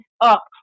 up